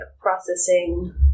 processing